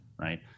Right